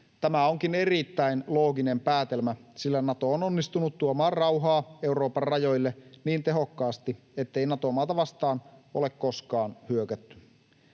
Tämä onkin erittäin looginen päätelmä, sillä Nato on onnistunut tuomaan rauhaa Euroopan rajoille niin tehokkaasti, ettei Nato-maata vastaan ole koskaan hyökätty.